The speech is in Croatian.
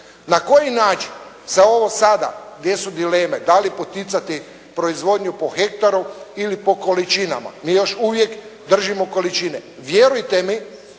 Na koji način, za ovo sada gdje su dileme, da li poticati proizvodnju po hektaru ili po količinama, mi još uvijek držimo količine, vjerujete mi